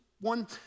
one